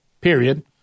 Period